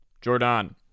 Jordan